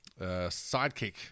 sidekick